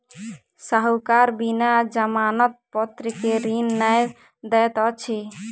साहूकार बिना जमानत पत्र के ऋण नै दैत अछि